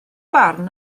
barn